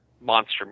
monster